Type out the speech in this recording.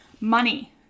money